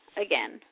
again